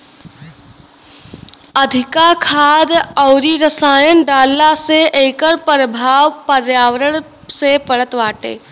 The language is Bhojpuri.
अधिका खाद अउरी रसायन डालला से एकर प्रभाव पर्यावरण पे पड़त बाटे